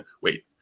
wait